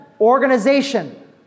organization